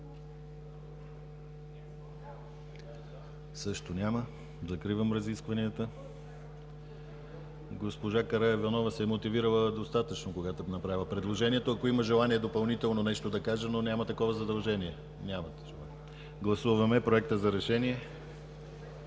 Също няма. Закривам разискванията. Госпожа Караиванова се е мотивирала достатъчно, когато е направила предложението. Ако има желание допълнително да каже нещо, но няма такова задължение. Няма. Гласуваме Проекта за решение,